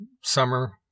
summer